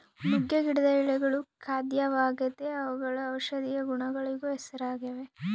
ನುಗ್ಗೆ ಗಿಡದ ಎಳೆಗಳು ಖಾದ್ಯವಾಗೆತೇ ಅವುಗಳು ಔಷದಿಯ ಗುಣಗಳಿಗೂ ಹೆಸರಾಗಿವೆ